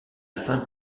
saint